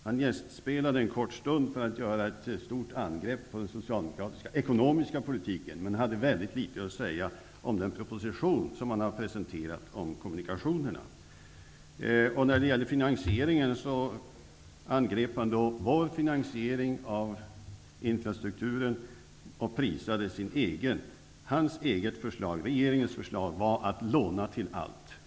Han gästspelade en kort stund för att göra ett stort angrepp på den socialdemokratiska ekonomiska politiken, men hade mycket litet att säga om den proposition som han har presenterat om kommunikationerna. Han angrep Socialdemokraternas finansiering av infrastruktur och prisade sin egen. Hans eget förslag -- regeringens förslag -- var att låna till allt.